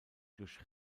durch